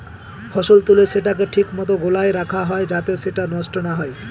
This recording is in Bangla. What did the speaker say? ফসল তুলে সেটাকে ঠিক মতো গোলায় রাখা হয় যাতে সেটা নষ্ট না হয়